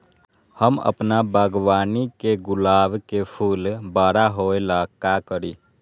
हम अपना बागवानी के गुलाब के फूल बारा होय ला का करी?